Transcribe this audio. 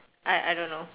I I don't know